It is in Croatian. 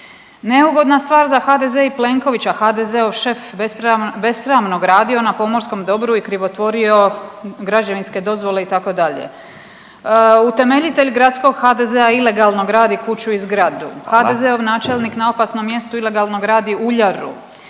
Neugodna stvar za HDZ i Plenkovića, HDZ-ov šef besramno gradio na pomorskom dobru i krivotvorio građevinske dozvole, itd., utemeljitelj gradskog HDZ-a ilegalno gradi kuću i zgradu… .../Upadica: Hvala./... … HDZ-ov načelnik na opasnom mjestu ilegalno gradi uljaru,